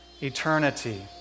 eternity